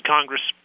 Congress